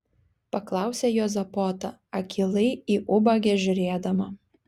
paklausė juozapota akylai į ubagę žiūrėdama